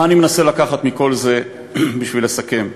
מה אני מנסה לקחת מכל זה, בשביל לסכם?